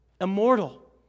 Immortal